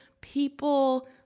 people